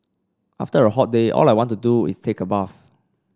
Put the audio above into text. after a hot day all I want to do is take a bath